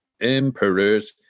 emperor's